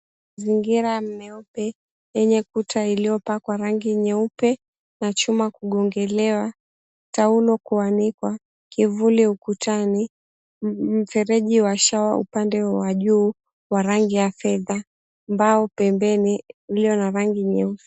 Mazingira meupe yenye kuta iliyopakwa rangi nyeupe na chuma kugongelewa, taulo kuanikwa, kivuli ukutani, mfereji wa shawa upande wa juu wa rangi ya fedha, mbao pembeni iliyo na rangi nyeusi.